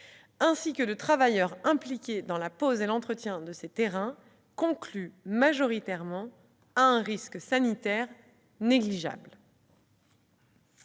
ainsi que de travailleurs impliqués dans la pose et l'entretien de ces terrains concluent majoritairement à un risque sanitaire négligeable